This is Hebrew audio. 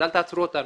אז אל תעצרו אותנו,